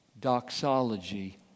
doxology